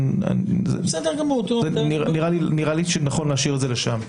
נראה לי נכון להשאיר את זה לשם.